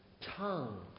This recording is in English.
tongue